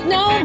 no